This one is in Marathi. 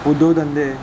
उद्योगधंदे